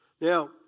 Now